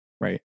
right